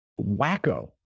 wacko